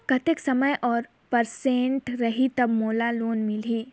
कतेक समय और परसेंट रही तब मोला लोन देही?